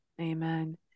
Amen